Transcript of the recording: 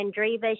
Andreeva